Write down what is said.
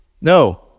No